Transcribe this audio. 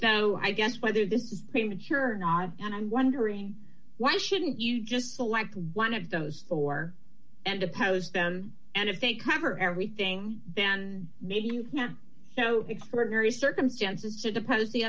down i guess whether this is premature or not and i'm wondering why shouldn't you just select one of those four and oppose them and if they cover everything then maybe not so extraordinary circumstances to depose the